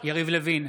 יריב לוין,